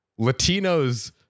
latinos